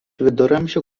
viduramžių